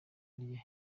rye